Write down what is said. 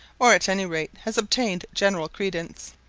or at any rate has obtained general credence.